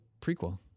prequel